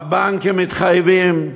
הבנקים מתחייבים,